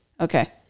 Okay